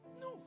No